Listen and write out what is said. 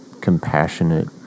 compassionate